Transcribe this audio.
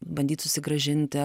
bandyt susigrąžinti